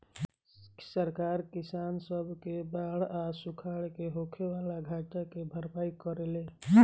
सरकार किसान सब के बाढ़ आ सुखाड़ से होखे वाला घाटा के भरपाई करेले